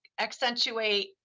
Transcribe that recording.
accentuate